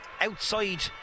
outside